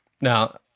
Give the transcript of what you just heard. Now